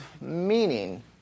meaning